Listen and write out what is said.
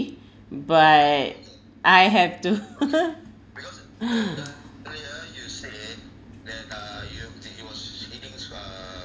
but I have to